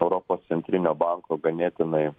europos centrinio banko ganėtinai